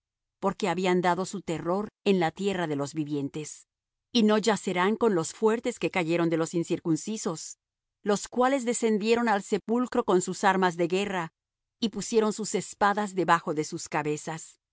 porque habían dado su terror en la tierra de los vivientes y no yacerán con los fuertes que cayeron de los incircuncisos los cuales descendieron al sepulcro con sus armas de guerra y pusieron sus espadas debajo de sus cabezas mas